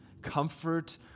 Comfort